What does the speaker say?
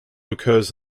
occurs